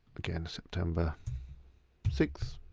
again september sixth.